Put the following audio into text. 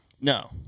No